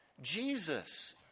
Jesus